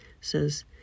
says